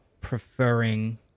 preferring